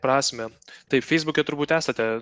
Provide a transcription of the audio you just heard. sėkmė prasmę tai feisbuke turbūt esate